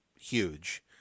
huge